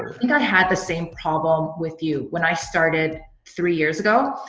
like i had the same problem with you when i started three years ago.